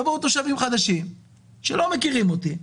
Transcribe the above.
יבואו תושבים חדשים שלא מכירים אותי,